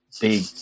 big